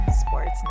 Sports